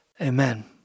Amen